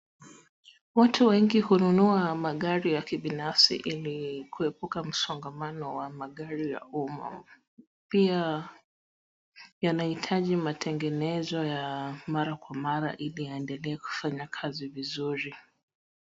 Watu wengi hununua magari ya kibinafsi ili kuepuka msongamano wa magari ya umma. Pia yanaitaji mategenezo ya mara kwa mara ili yaedelee kufanya kazi vizuri.